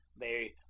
They